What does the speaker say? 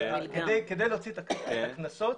כדי להוציא את הקנסות